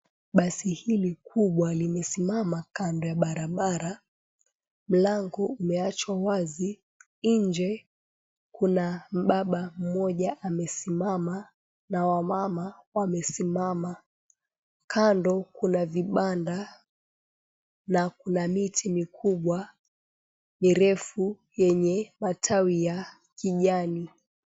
Basi hili kubwa limesimama kando ya barabara, mlango umeachwa wazi, nje kuna mbaba mmoja amesimama na wamama wamesimama, kando kuna vibanda na kuna miti mikubwa mirefu yenye matawi ya kijani.